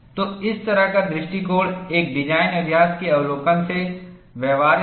तो इस तरह का दृष्टिकोण एक डिज़ाइन अभ्यास के अवलोकन से व्यवहार्य है